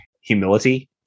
humility